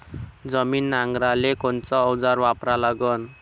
जमीन नांगराले कोनचं अवजार वापरा लागन?